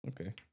Okay